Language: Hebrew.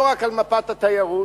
ולא רק על מפת התיירות